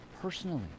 personally